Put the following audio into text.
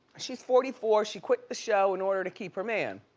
she's forty four, she quit the show in order to keep her man.